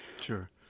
Sure